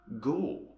Go